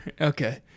Okay